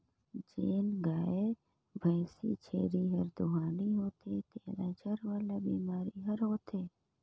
जेन गाय, भइसी, छेरी हर दुहानी होथे तेला जर वाला बेमारी हर होथे